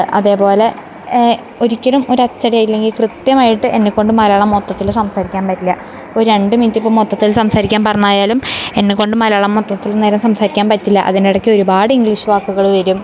അതെപോലെ ഒരിക്കലും ഒരച്ചടിയായില്ലെങ്കിൽ കൃത്യമായിട്ട് എന്നെക്കൊണ്ട് മലയാളം മൊത്തത്തിൽ സംസാരിക്കാൻ പറ്റില്ല ഒരു രണ്ട് മിനിറ്റ് ഇപ്പം മൊത്തത്തിൽ സംസാരിക്കാൻ പറന്നായാലും എന്നെക്കൊണ്ട് മലയാളം മൊത്തത്തിൽ നേരെ സംസാരിക്കാൻ പറ്റില്ല അതിനെടക്ക് ഒരുപാട് ഇംഗ്ലീഷ് വാക്കുകൾ വരും